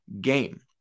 game